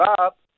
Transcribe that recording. up